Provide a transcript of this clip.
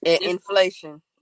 Inflation